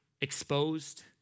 exposed